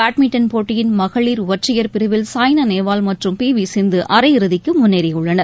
badminton போட்டியின் மகளிர் ஒற்றையர் பிரிவில் சாய்னா நேவால் மற்றும் பி வி சிந்து அரையிறுதிக்கு முன்னேறியுள்ளனர்